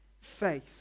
faith